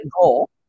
goal